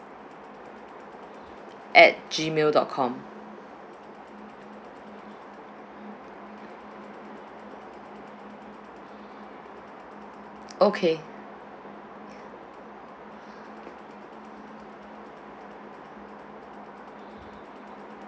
at gmail dot com okay